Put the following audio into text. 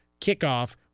kickoff